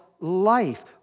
life